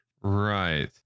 Right